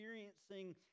experiencing